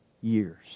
years